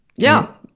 yeah,